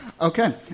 Okay